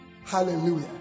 Hallelujah